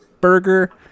burger